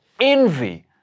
envy